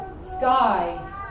sky